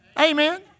Amen